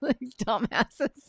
dumbasses